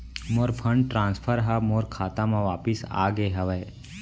मोर fund transfer हा मोर खाता मा वापिस आ गे हवे